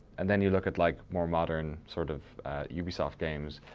and then you look at like more modern sort of ubisoft games,